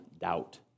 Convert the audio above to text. doubt